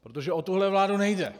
Protože o tuhle vládu nejde.